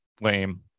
lame